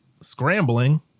Scrambling